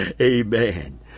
Amen